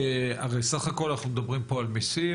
הרי בסך הכל אנחנו מדברים פה על מיסים